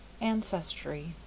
Ancestry